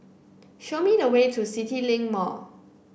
show me the way to CityLink Mall